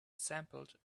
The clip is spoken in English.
sampled